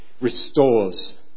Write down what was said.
restores